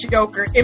Joker